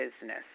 business